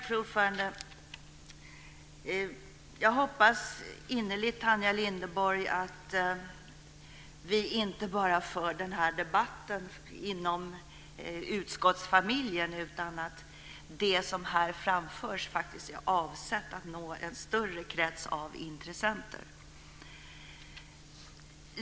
Fru talman! Jag hoppas innerligt, Tanja Linderborg, att vi för den här debatten inte bara inom utskottsfamiljen utan att det som här framförs är avsett att nå en större krets av intressenter.